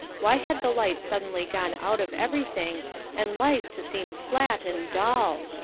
why had the light suddenly gone out of everything and life to seem flat and dull?